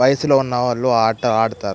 వయసులో ఉన్న వాళ్ళు ఆట ఆడతారు